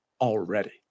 already